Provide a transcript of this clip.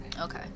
Okay